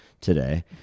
today